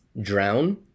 drown